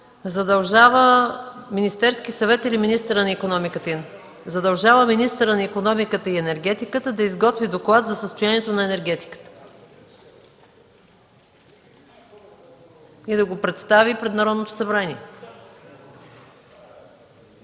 „задължава министъра на икономиката и енергетиката да изготви доклад за състоянието на енергетиката и да го представи пред Народното събрание”.